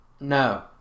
No